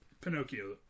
Pinocchio